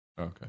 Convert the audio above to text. okay